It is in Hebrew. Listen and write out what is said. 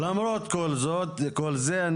למרות כל זאת וכל זה,